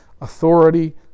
Authority